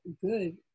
good